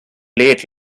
late